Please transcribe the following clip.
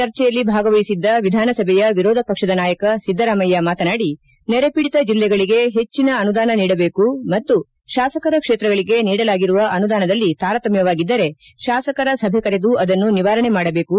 ಚರ್ಚೆಯಲ್ಲಿ ಭಾಗವಹಿಸಿದ್ದ ವಿಧಾನಸಭೆಯ ವಿರೋಧಪಕ್ಷದ ನಾಯಕ ಸಿದ್ದರಾಮಯ್ಯ ಮಾತನಾಡಿ ನೆರೆಪೀಡಿತ ಜಿಲ್ಲೆಗಳಿಗೆ ಪೆಜ್ವನ ಅನುದಾನ ನೀಡಬೇಕು ಮತ್ತು ಶಾಸಕರ ಕ್ಷೇತ್ರಗಳಿಗೆ ನೀಡಲಾಗಿರುವ ಅನುದಾನದಲ್ಲಿ ತಾರತಮ್ಮವಾಗಿದ್ದರೆ ಶಾಸಕರ ಸಭೆ ಕರೆದು ಅದನ್ನು ನಿವಾರಣೆ ಮಾಡಬೇಕು